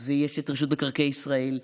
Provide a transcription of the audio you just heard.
ויש את רשות מקרקעי ישראל.